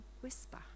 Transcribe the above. whisper